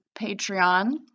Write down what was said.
Patreon